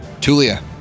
Tulia